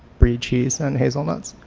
brie cheese and hazelnuts,